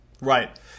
right